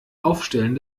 aufstellen